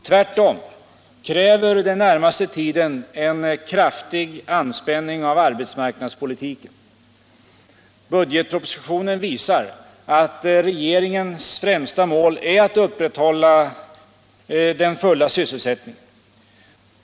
Tvärtom kräver den närmaste tiden en kraftig anpassning av arbetsmarknadspolitiken. Budgetpropositionen visar att regeringens främsta mål är att upprätthålla den fulla sysselsättningen.